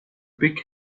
big